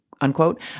unquote